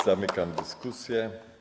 Zamykam dyskusję.